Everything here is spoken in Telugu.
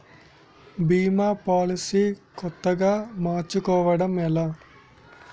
భీమా పోలసీ కొత్తగా మార్చుకోవడం ఎలా?